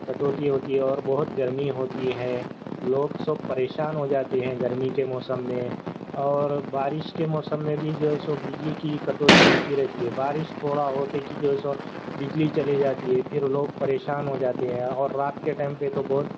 کٹوتی ہوتی ہے اور بہت گرمی ہوتی ہے لوگ سب پریشان ہو جاتے ہیں گرمی کے موسم میں اور بارش کے موسم میں بھی جو ہے سو بجلی کی کٹوتی ہوتی رہتی ہے بارش تھوڑا ہوتے کہ جو ہے سو بجلی چلی جاتی ہے پھر لوگ پریشان ہو جاتے ہیں اور رات کے ٹائم پہ تو بہت